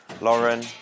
Lauren